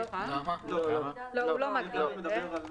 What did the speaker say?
לא, הוא לא מגדיר את זה.